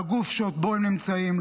לגוף שבו הם נמצאים.